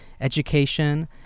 education